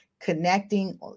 connecting